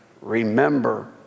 remember